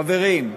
חברים,